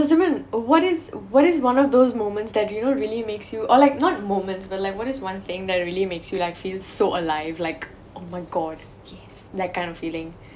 uh what is what is one of those moments that you know really makes you or like not moments but like what is one thing that really makes you like feel so alive like oh my god yes that kind of feeling